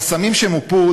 החסמים שמופו,